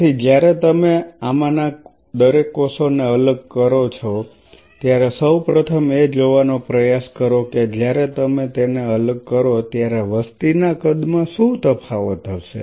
તેથી જ્યારે તમે આમાંના દરેક કોષો ને અલગ કરો છો ત્યારે સૌ પ્રથમ એ જોવાનો પ્રયાસ કરો કે જ્યારે તમે તેમને અલગ કરો ત્યારે વસ્તીના કદમાં શું તફાવત હશે